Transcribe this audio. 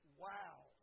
wow